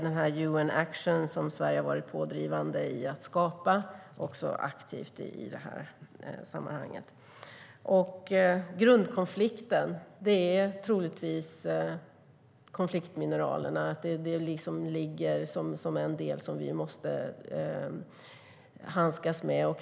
UN Action, som Sverige har varit pådrivande för att skapa, är också aktivt i det sammanhanget. Grundkonflikten är troligtvis konfliktmineralerna. Det ligger liksom som en del som vi måste handskas med.